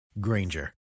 Granger